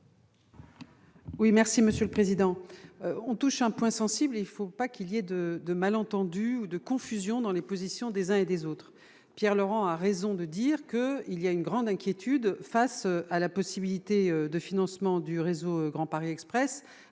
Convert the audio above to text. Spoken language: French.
Oui, merci Monsieur le Président, on touche un point sensible, il faut pas qu'il y a de de malentendus, de confusion dans les positions des uns et des autres, Pierre Laurent a raison de dire que il y a une grande inquiétude face à la possibilité de financement, du réseau Grand Paris Express